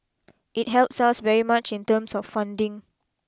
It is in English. it helps us very much in terms of funding